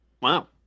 Wow